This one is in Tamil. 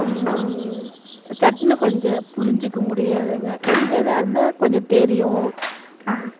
சட்டுன்னு கொஞ்சம் புரிஞ்சிக்க முடியாதுங்க கொஞ்சம் இதாக இருந்தால் கொஞ்சம் தெரியும்